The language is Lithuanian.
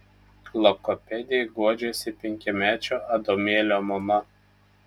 logopedei guodžiasi penkiamečio adomėlio mama